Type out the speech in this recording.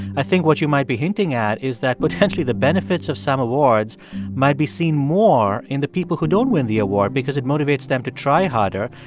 i think what you might be hinting at is that potentially the benefits of some awards might be seen more in the people who don't win the award because it motivates them to try harder.